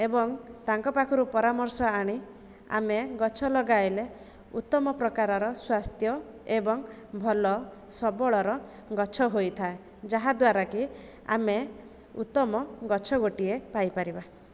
ଏବଂ ତାଙ୍କ ପାଖରୁ ପରାମର୍ଶ ଆଣି ଆମେ ଗଛ ଲଗାଇଲେ ଉତ୍ତମ ପ୍ରକାରର ସ୍ୱାସ୍ଥ୍ୟ ଏବଂ ଭଲ ସବଳର ଗଛ ହୋଇଥାଏ ଯାହାଦ୍ୱାରାକି ଆମେ ଉତ୍ତମ ଗଛ ଗୋଟିଏ ପାଇପାରିବା